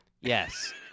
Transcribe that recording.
Yes